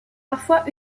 parfois